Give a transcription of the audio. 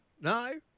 No